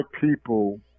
people